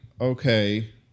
okay